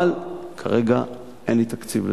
אבל כרגע אין לי תקציב לזה.